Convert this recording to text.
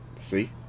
See